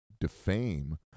defame